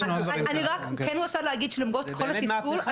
אני רק כן רוצה להגיד שלמרות כל התסכול,